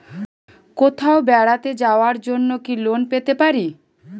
কোথাও বেড়াতে যাওয়ার জন্য কি লোন পেতে পারি?